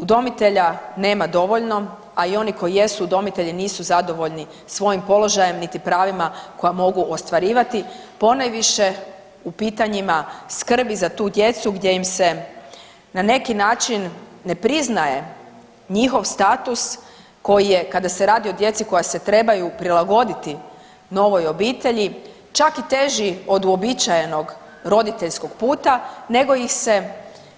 Udomitelja nema dovoljno, a i oni koji jesu udomitelji, nisu zadovoljni svojim položajem niti pravima koja mogu ostvarivati, ponajviše u pitanjima skrbi za tu djecu gdje im se na neki način ne priznaje njihov status koji je, kada se radi o djeci koja se trebaju prilagoditi novoj obitelji čak i teži od uobičajenog roditeljskog puta, nego ih se